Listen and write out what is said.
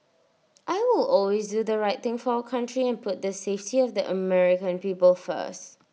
I will always do the right thing for our country and put the safety of the American people first